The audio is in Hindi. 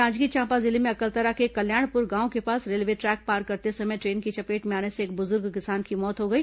जांजगीर चांपा जिले में अकलतरा के कल्याणपुर गांव के पास रेलवे ट्रैक पार करते समय ट्रेन की चपेट में आने से एक बुजुर्ग किसान की मौत हो गई